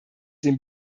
dem